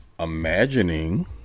Imagining